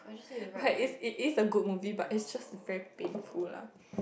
what is is a good movie but is just very painful lah